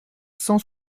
cent